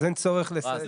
אז אין צורך בסעיף הזה.